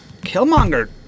Killmonger